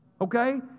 Okay